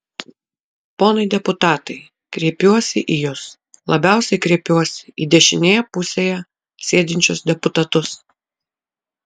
ponai deputatai kreipiuosi į jus labiausiai kreipiuosi į dešinėje pusėje sėdinčius deputatus